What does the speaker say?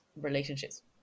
relationships